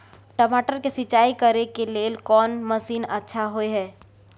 टमाटर के सिंचाई करे के लेल कोन मसीन अच्छा होय है